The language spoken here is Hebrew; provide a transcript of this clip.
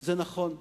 זה נכון.